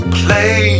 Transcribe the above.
play